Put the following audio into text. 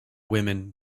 women